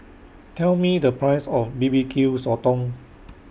Tell Me The Price of B B Q Sotong